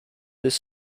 this